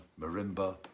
marimba